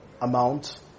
amount